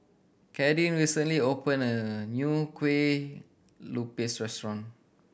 Kadyn recently open a new Kueh Lupis restaurant